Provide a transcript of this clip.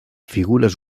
figures